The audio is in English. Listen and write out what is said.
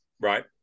Right